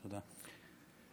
תודה.